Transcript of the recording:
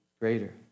greater